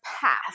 path